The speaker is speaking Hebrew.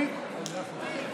אני לא יכול.